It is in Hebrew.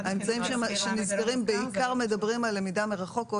האמצעים שנזכרים בעיקר מדברים על למידה מרחוק או